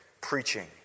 preaching